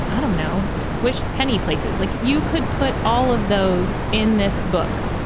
i don't know, squished penny places like you could put all of those in this book,